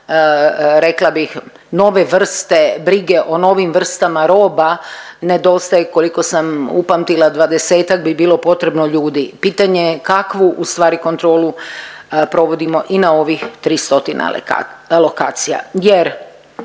rekla bih nove vrste brige o novim vrstama roba nedostaje koliko sam upamtila 20-ak bi bilo potrebno ljudi. Pitanje je kakvu ustvari kontrolu provodimo i na ovih 300 alokacija